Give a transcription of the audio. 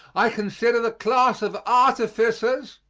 i consider the class of artificers,